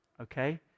Okay